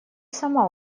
сама